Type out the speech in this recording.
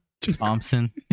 Thompson